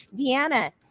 Deanna